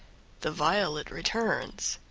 the violet returns.